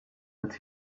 but